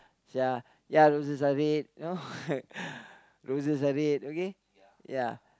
ya ya roses are red you know roses are red okay ya